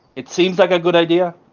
it seems like a good idea.